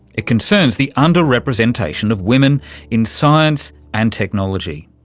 it concerns the under-representation of women in science and technology.